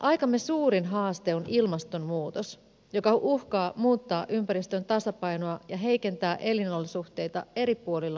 aikamme suurin haaste on ilmastonmuutos joka uhkaa muuttaa ympäristön tasapainoa ja heikentää elinolosuhteita eri puolilla maapalloa